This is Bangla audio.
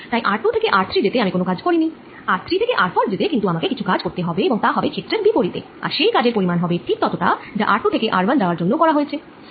তাই r2 থেকে r3যেতে আমি কোন কাজ করিনি r3থেকে r4যেতে কিন্তু আমাকে কিছু কাজ করতে হবে আর তা হবে ক্ষেত্রের বিপরীতে আর সেই কাজের পরিমাণ হবে ঠিক ততটা যা r2 থেকে r1 যাওয়ার জন্য করা হয়েছে